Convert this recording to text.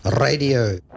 Radio